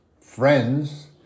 friends